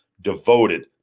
devoted